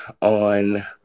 on